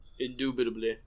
indubitably